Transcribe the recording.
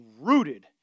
rooted